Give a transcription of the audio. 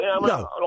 No